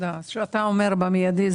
כשאתה אומר במיידי,